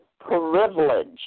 privilege